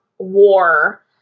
war